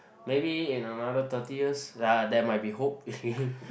maybe in another thirty years ah there might be hope